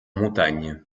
montagne